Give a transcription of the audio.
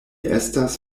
estas